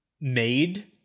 made